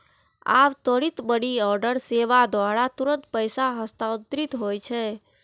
आब त्वरित मनीऑर्डर सेवा द्वारा तुरंत पैसा हस्तांतरित होइ छै